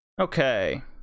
Okay